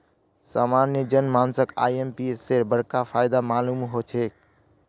सामान्य जन मानसक आईएमपीएसेर बडका फायदा मालूम ह छेक